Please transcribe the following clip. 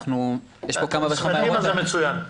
אתם שמחים אז זה מצוין.